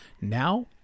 Now